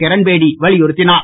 கிரண்பேடி வலியுறுத்தினார்